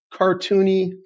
cartoony